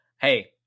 Hey